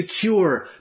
secure